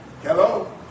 Hello